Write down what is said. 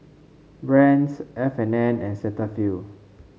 Brand's F and N and Cetaphil